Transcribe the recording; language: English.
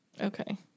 Okay